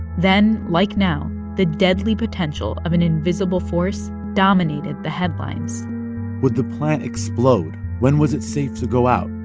then, like now, the deadly potential of an invisible force dominated the headlines would the plant explode? when was it safe to go out?